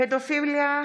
פדופיליה,